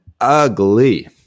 ugly